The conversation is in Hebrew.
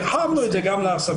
הרחבנו את זה גם לסבים,